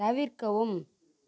தவிர்க்கவும்